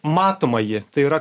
matoma ji tai yra